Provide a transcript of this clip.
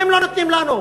אתם לא נותנים לנו.